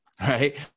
Right